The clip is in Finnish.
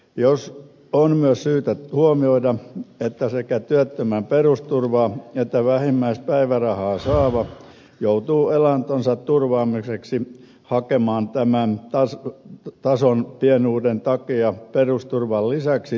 on myös syytä huomioida että sekä työttömän perusturvaa että vähimmäispäivärahaa saava joutuu elantonsa turvaamiseksi hakemaan tämän tason pienuuden takia perusturvan lisäksi toimeentulotukea